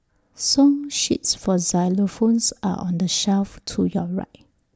song sheets for xylophones are on the shelf to your right